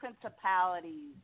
principalities